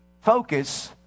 focus